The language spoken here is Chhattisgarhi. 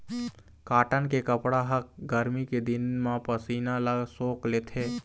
कॉटन के कपड़ा ह गरमी के दिन म पसीना ल सोख लेथे